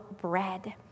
bread